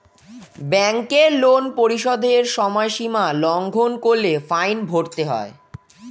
ব্যাংকের লোন পরিশোধের সময়সীমা লঙ্ঘন করলে ফাইন ভরতে হয়